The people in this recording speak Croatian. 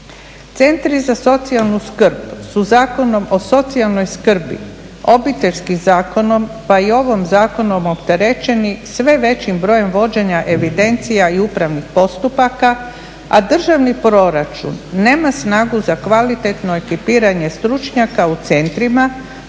Centri za socijalnu skrb su Zakonom o socijalnoj skrbi, Obiteljskim zakonom pa i ovim zakonom opterećeni sve većim brojem vođenja evidencija i upravnih postupaka, a državni proračun nema snagu za kvalitetno ekipiranje stručnjaka u centrima